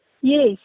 yes